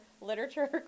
literature